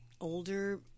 older